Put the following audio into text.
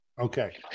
Okay